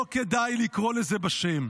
לא כדאי לקרוא לזה בשם.